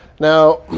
now